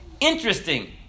Interesting